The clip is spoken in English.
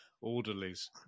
orderlies